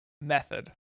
method